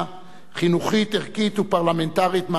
ערכית ופרלמנטרית מהמדרגה הראשונה.